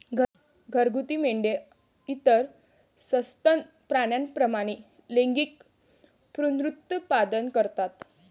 घरगुती मेंढ्या इतर सस्तन प्राण्यांप्रमाणे लैंगिक पुनरुत्पादन करतात